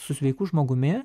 su sveiku žmogumi